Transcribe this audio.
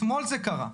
אתמול זה קרה.